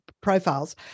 profiles